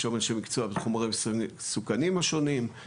יש שם אנשי מקצוע בחומרים מסוכנים השונים,